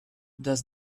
does